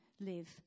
live